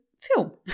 film